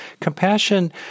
Compassion